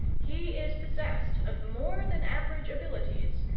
he is possessed of more than average abilities,